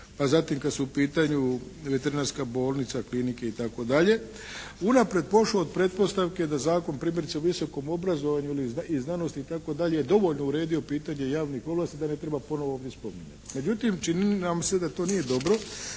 a zatim kad su u pitanju veterinarska bolnica, klinike itd. unaprijed pošlo od pretpostavke da zakon, primjerice o visokom obrazovanju i znanosti itd. dovoljno uredio pitanje javnih ovlasti da ne treba ponovo ovdje spominjati. Međutim čini nam se da to nije dobro